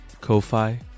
Ko-Fi